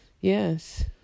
Yes